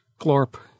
Glorp